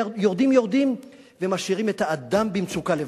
יורדים, יורדים ומשאירים את האדם במצוקה לבד.